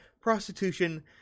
prostitution